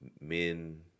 men